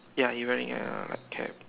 ya he wearing a like cap